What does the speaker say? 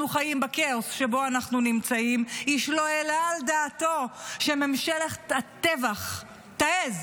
אנחנו חיים בכאוס שבו אנחנו נמצאים איש לא העלה על דעתו שממשלת הטבח תעז